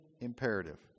imperative